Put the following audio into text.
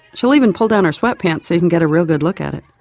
she'll even pull down her sweat pants so you can get a real good look at it.